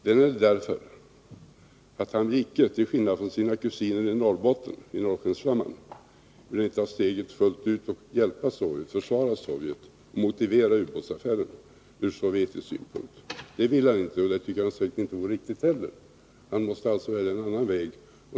Det är därför att han, till skillnad från sina kusiner i Norrbotten på Norrskensflamman, icke vill ta steget fullt ut och hjälpa och försvara Sovjet genom att motivera ubåtsaffären ur sovjetisk synpunkt. Det vill han inte, och det tycker han säkert inte heller vore riktigt. Han måste alltså välja en annan väg.